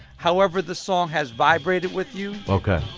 however the song has vibrated with you. ok.